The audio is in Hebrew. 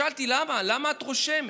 שאלתי: למה, למה את רושמת?